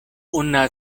una